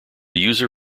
user